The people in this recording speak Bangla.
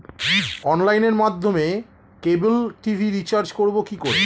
অনলাইনের মাধ্যমে ক্যাবল টি.ভি রিচার্জ করব কি করে?